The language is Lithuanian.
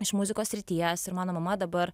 iš muzikos srities ir mano mama dabar